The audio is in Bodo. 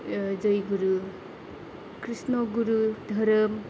जैगुरु क्रिष्ण'गुरु धोरोम